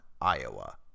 Iowa